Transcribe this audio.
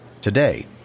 Today